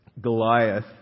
Goliath